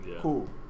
cool